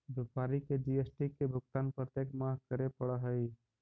व्यापारी के जी.एस.टी के भुगतान प्रत्येक माह करे पड़ऽ हई